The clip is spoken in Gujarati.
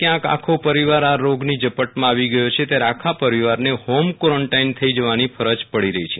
ક્યાંક આખો પરિવાર આ રોગની ઝપટમાં આવી ગયો છે ત્યારે આખા પરિવારને હોમ ક્વોરોન્ટાઈન થઈ જવાની ફરજ પડી રહી છે